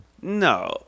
No